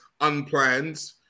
unplanned